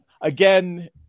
again